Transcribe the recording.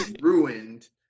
ruined